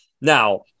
Now